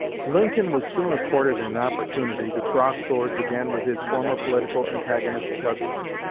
lincoln was soon accorded an opportunity to cross swords again with his former political antagonist, douglas,